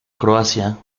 croacia